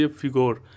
figure